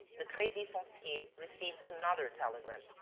the credit foncier received another telegram